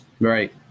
right